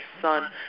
son